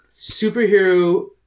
Superhero